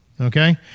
okay